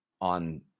on